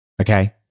Okay